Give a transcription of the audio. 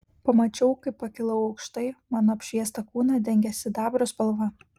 pamačiau kaip pakilau aukštai mano apšviestą kūną dengė sidabro spalva